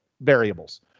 variables